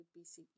BCE